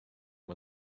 die